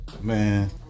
Man